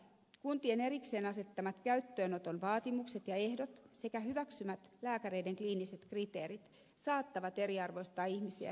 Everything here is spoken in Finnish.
kuntien erikseen asettamat käyttöönoton vaatimukset ja ehdot sekä hyväksymät lääkäreiden kliiniset kriteerit saattavat eriarvoistaa ihmisiä eri puolilla maata